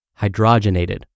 hydrogenated